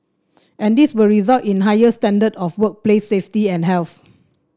and this will result in a higher standard of workplace safety and health